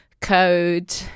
code